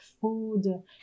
food